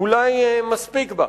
אולי מספיקה.